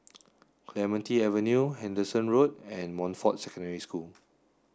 Clementi Avenue Henderson Road and Montfort Secondary School